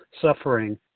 suffering